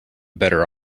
better